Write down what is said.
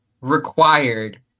required